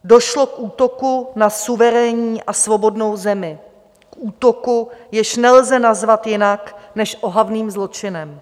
Došlo k útoku na suverénní a svobodnou zemi, k útoku, jež nelze nazvat jinak než ohavným zločinem.